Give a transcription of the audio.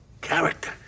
Character